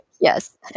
Yes